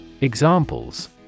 Examples